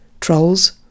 Trolls